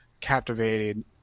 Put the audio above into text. captivated